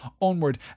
onward